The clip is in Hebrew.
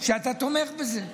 אני שמח שאתה תומך בזה,